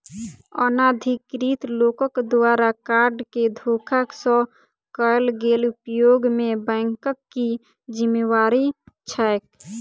अनाधिकृत लोकक द्वारा कार्ड केँ धोखा सँ कैल गेल उपयोग मे बैंकक की जिम्मेवारी छैक?